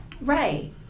Right